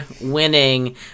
winning